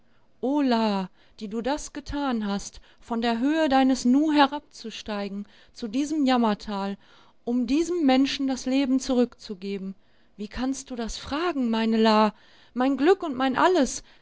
die du das getan hast von der höhe deines nu herabzusteigen zu diesem jammertal um diesem menschen das leben zurückzugeben wie kannst du das fragen meine la mein glück und mein alles